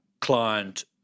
client